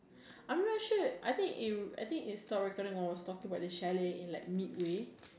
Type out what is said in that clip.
I'm not sure I think is I think is everybody was like talking about this chalet in like midway